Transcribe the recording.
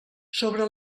sobre